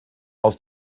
aus